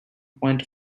point